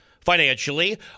financially